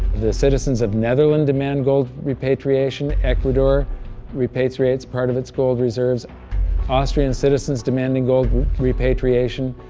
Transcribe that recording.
the citizens of netherland demand gold repatriation ecuador repatriates part of its gold reserves austrian citizens demanding gold repatriation.